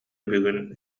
бүгүн